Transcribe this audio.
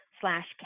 slash